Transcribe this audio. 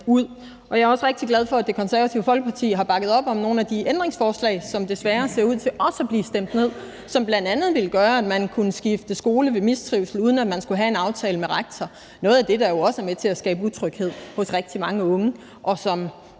ud. Jeg er også rigtig glad for, at Det Konservative Folkeparti har bakket op om nogle af de ændringsforslag, som desværre ser ud til også at blive stemt ned, og som bl.a. ville gøre, at man kunne skifte skole ved mistrivsel, uden at man skulle have en aftale med rektor – noget af det, der jo også er med til at skabe utryghed hos rigtig mange unge, og som